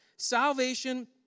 Salvation